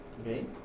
Okay